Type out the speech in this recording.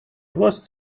was